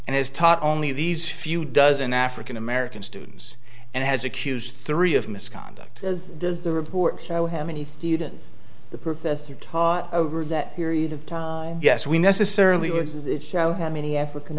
and has taught only these few dozen african american students and has accused three of misconduct as does the report so have many students the professor taught over that period of time yes we necessarily words that show how many african